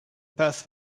perth